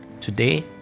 today